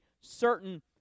certain